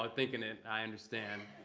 are thinking it. i understand.